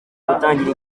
gutangira